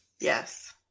Yes